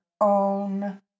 own